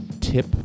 tip